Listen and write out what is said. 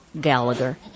Gallagher